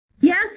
yes